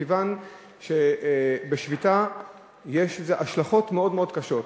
מכיוון שבשביתה יש השלכות מאוד מאוד קשות.